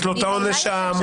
יש לו את העונש המותנה.